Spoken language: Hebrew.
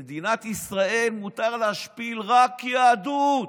במדינת ישראל מותר להשפיל רק יהדות,